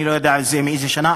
אני לא יודע מאיזו שנה,